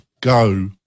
Go